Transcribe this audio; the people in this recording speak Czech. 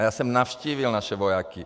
A já jsem navštívil naše vojáky.